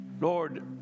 Lord